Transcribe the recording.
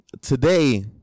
Today